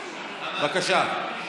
בבקשה.